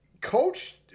coach